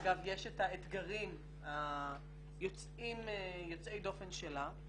אגב, יש את האתגרים יוצאי הדופן שלה.